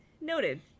Noted